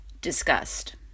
discussed